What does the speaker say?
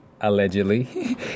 allegedly